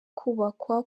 kubakwa